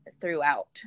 throughout